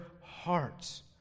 hearts